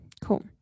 cool